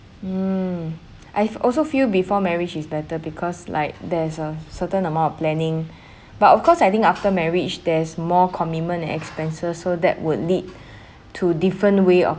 mm I've also feel before marriage is better because like there's a certain amount of planning but of course I think after marriage there's more commitment expenses so that would lead to different way of